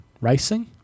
racing